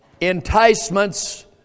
enticements